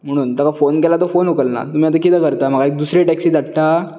म्हणून ताका फोन केल्यार तो फोन उखलना तुमी आता कितें करता म्हाका एक दुसरी टॅक्सी धाडटा